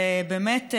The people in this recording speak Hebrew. ובאמת,